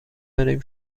داریم